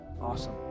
Awesome